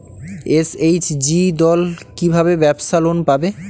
SHG দল কী ভাবে ব্যাবসা লোন পাবে?